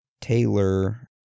Taylor